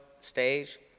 stage